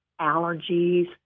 allergies